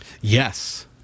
Yes